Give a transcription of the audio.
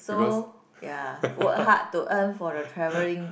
so ya work hard to earn for your travelling